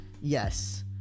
Yes